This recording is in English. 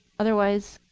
otherwise,